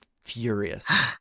furious